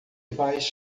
vais